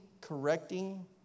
correcting